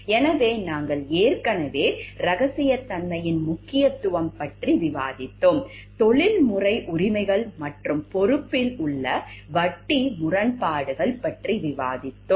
எனவே நாங்கள் ஏற்கனவே ரகசியத்தன்மையின் முக்கியத்துவம் பற்றி விவாதித்தோம் தொழில்முறை உரிமைகள் மற்றும் பொறுப்பில் உள்ள வட்டி முரண்பாடுகள் பற்றி விவாதித்தோம்